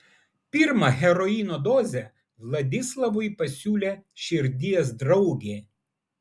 pirmą heroino dozę vladislavui pasiūlė širdies draugė